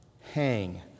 hang